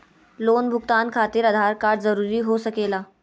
Loan भुगतान खातिर Aadhaar card जरूरी हो सके ला?